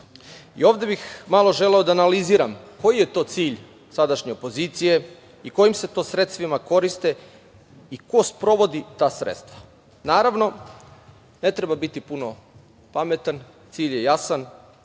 bih malo želeo da analiziram koji je to cilj sadašnje opozicije, kojim se to sredstvima koriste i ko sprovodi ta sredstva. Ne treba biti puno pametan, cilj je jasan.